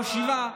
ראש הישיבה,